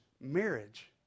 marriage